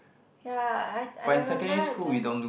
ya I I remember I just